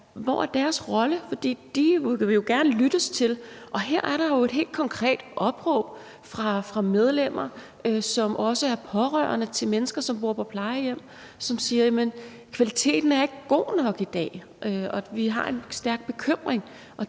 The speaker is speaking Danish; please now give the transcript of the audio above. Hvad er deres rolle? For de vil jo gerne lyttes til, og her er der et helt konkret opråb fra medlemmer, som også er pårørende til mennesker, som bor på plejehjem, og som siger, at kvaliteten ikke er god nok i dag, og at de har en stærk bekymring.